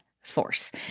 Force